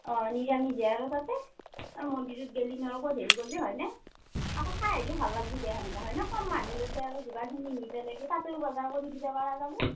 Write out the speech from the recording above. অঁ নিৰামিষহে আৰু তাতে মন্দিৰত গেলিনো আৰু ক'ত হেৰি কৰবি হয়নে আকৌ খাই আইলিহোও ভাল লাগবো দে সেনকে হয়নে কম মানুহ যাতে আৰু যোগাৰখিনি নি পেলে কি তাতেও বজাৰ কৰি দিবা পাৰা যাবো